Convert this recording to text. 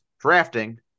drafting